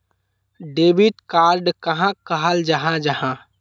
Debit card कहाक कहाल जाहा जाहा?